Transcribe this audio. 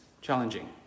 challenging